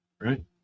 Right